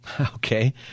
Okay